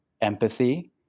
empathy